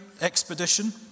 expedition